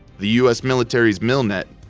the us military's milnet,